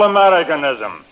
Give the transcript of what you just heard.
Americanism